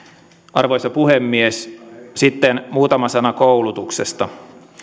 arvoisa puhemies sitten muutama sana koulutuksesta